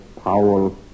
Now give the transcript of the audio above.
Powell